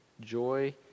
joy